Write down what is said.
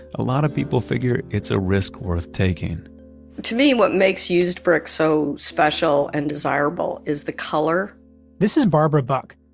a lot of people figure it's a risk worth taking to me, what makes used brick so special and desirable is the color this is barbara buck.